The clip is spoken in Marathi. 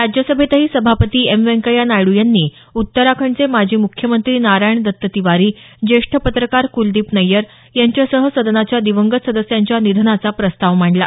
राज्यसभेतही सभापती एम व्यंकय्या नायडू यांनी उत्तराखंडचे माजी मुख्यमंत्री नारायण दत्त तिवारी ज्येष्ठ पत्रकार कुलदीप नय्यर यांच्यासह सदनाच्या दिवंगत सदस्यांच्या निधनाचा प्रस्ताव मांडला